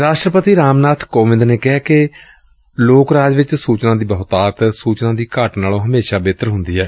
ਰਾਸਟਰਪਤੀ ਰਾਮਨਾਥ ਕੋਵਿੰਦ ਨੇ ਕਿਹੈ ਕਿ ਲੋਕ ਰਾਜ ਵਿਚ ਸੁਚਨਾ ਦੀ ਬਹੁਤਾਤ ਸੁਚਨਾ ਦੀ ਘਾਟ ਨਾਲੋਂ ਹਮੇਸ਼ਾ ਬਿਹਤਰ ਹੁੰਦੀ ਏ